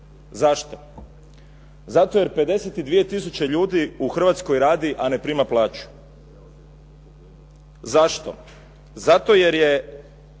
Zašto? Zato jer 52 tisuće ljudi u Hrvatskoj radi a ne prima plaću. Zašto? Zato jer je